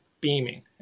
beaming